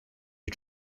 you